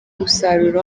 musaruro